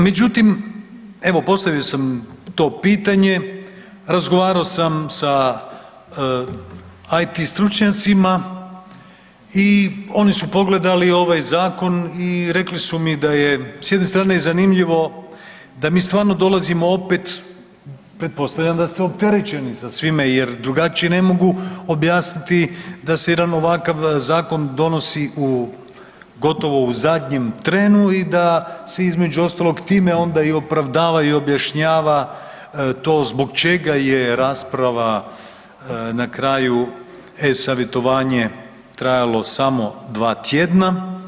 Međutim, evo postavio sam to pitanje, razgovarao sam sa IT stručnjacima i oni su pogledali ovaj zakon i rekli su mi da je s jedne strane zanimljivo da mi stvarno dolazimo opet, pretpostavljam da ste opterećeni s time jer drugačije ne mogu objasniti da se jedan ovakav zakon donosi u gotovo u zadnjem trenu i da se između ostalog time onda i opravdava i objašnjava to zbog čega je rasprava na kraju eSavjetovanje trajalo samo dva tjedna.